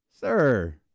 Sir